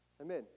Amen